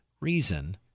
reason